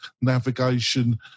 navigation